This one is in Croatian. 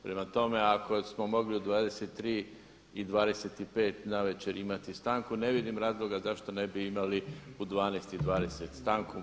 Prema tome, ako smo mogli u 23,25 navečer imati stanku ne vidim razloga zašto ne bi imali u 12,20 stanku.